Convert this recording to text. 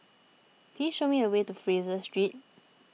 please show me the way to Fraser Street